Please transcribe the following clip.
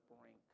brink